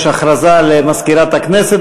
יש הודעה למזכירת הכנסת,